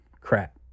crap